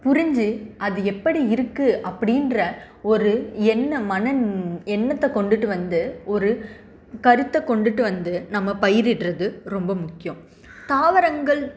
புரிஞ்சு அது எப்படி இருக்குது அப்படின்ற ஒரு எண்ணம் மன எண்ணத்தை கொண்டுட்டு வந்து ஒரு கருத்தை கொண்டுட்டு வந்து நம்ம பயிரிடுறது ரொம்ப முக்கியம் தாவரங்கள்